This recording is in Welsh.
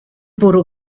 bwrw